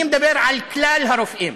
אני מדבר על כלל הרופאים